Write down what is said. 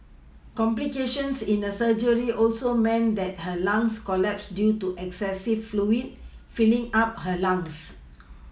complications in her surgery also meant that her lungs collapsed due to excessive fluids filling up her lungs